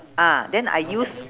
ah then I use